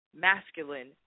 masculine